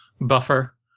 buffer